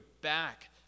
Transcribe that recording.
back